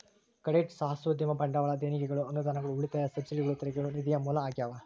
credit ಸಾಹಸೋದ್ಯಮ ಬಂಡವಾಳ ದೇಣಿಗೆಗಳು ಅನುದಾನಗಳು ಉಳಿತಾಯ ಸಬ್ಸಿಡಿಗಳು ತೆರಿಗೆಗಳು ನಿಧಿಯ ಮೂಲ ಆಗ್ಯಾವ